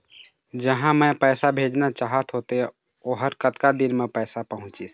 जहां मैं पैसा भेजना चाहत होथे ओहर कतका दिन मा पैसा पहुंचिस?